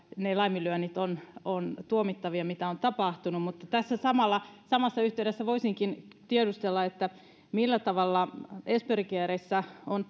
ne laiminlyönnit ovat tuomittavia joita on tapahtunut mutta tässä samassa yhteydessä voisinkin tiedustella millä tavalla esperi caressa on